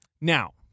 Now